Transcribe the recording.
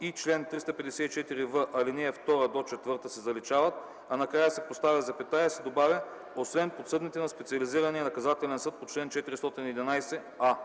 и „чл. 354в, ал. 2 – 4” се заличават, а накрая се поставя запетая и се добавя „освен подсъдните на специализирания наказателен съд по чл. 411а”.”